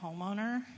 homeowner